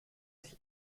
sich